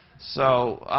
so